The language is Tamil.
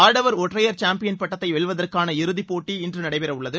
ஆடவர் ஒற்றையர் சாம்பியன் பட்டத்தை வெல்வதற்கான இறுதிப் போட்டி இன்று நடைபெற உள்ளது